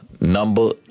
number